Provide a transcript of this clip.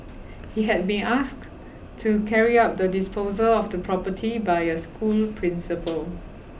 he had been asked to carry out the disposal of the property by a school principal